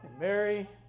Mary